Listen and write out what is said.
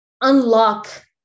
unlock